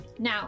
Now